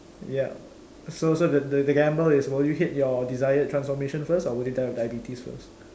ya so so the the gamble is will you hit your desired transformation first or will you die of diabetes first